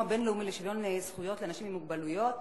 הבין-לאומי לשוויון זכויות לאנשים עם מוגבלויות,